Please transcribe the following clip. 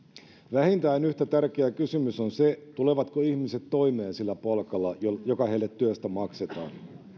vähintään yhtä tärkeä kysymys on se tulevatko ihmiset toimeen sillä palkalla joka heille työstä maksetaan